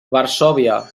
varsòvia